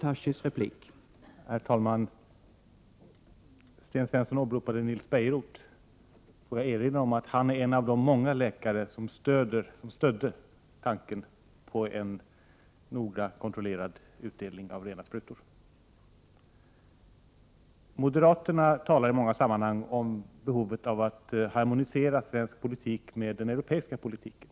Herr talman! Sten Svensson åberopade Nils Bejerot. Får jag erinra om att han är en av de många läkare som stödde tanken på en noga kontrollerad utdelning av rena sprutor. Moderaterna talar i många sammanhang om behovet av att harmonisera svensk politik med den europeiska politiken.